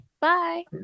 bye